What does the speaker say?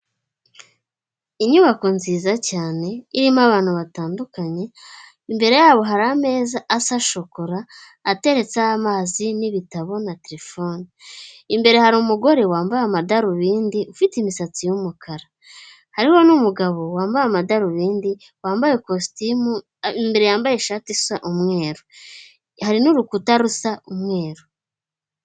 Inyubako nziza cyane, irimo abantu batandukanye, imbere yabo hari ameza asa shokora, ateretseho amazi n'ibitabo na terefone imbere hari umugore wambaye amadarubindi ufite imisatsi y'umukara, hariho n'umugabo wambaye amadarubindi, wambaye ikositimu imbere yambaye ishati isa n'umweru, hari n'urukuta rusa umweru.